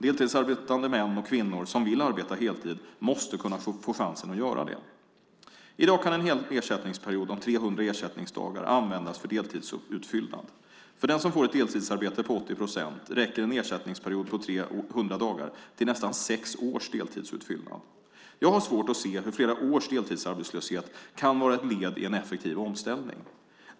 Deltidsarbetande män och kvinnor som vill arbeta heltid måste kunna få chansen att göra det. I dag kan en hel ersättningsperiod om 300 ersättningsdagar användas för deltidsutfyllnad. För den som får ett deltidsarbete på 80 procent räcker en ersättningsperiod på 300 dagar till nästan sex års deltidsutfyllnad. Jag har svårt att se hur flera års deltidsarbetslöshet kan vara ett led i en effektiv omställning.